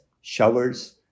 showers